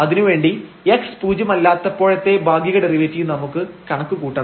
അതിനുവേണ്ടി x പൂജ്യം അല്ലാത്തപ്പോഴത്തെ ഭാഗിക ഡെറിവേറ്റീവ് നമുക്ക് കണക്കു കൂട്ടണം